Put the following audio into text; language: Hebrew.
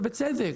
ובצדק,